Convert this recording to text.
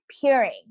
peering